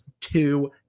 two